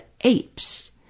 apes